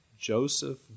Joseph